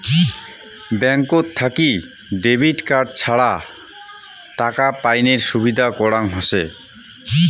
ব্যাঙ্কত থাকি debit card ছাড়া টাকা পাইনের সুবিধা করাং হসে